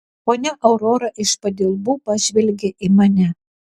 ponia aurora iš padilbų pažvelgė į mane